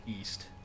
east